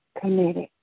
committed